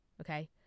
okay